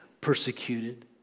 persecuted